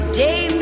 day